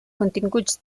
continguts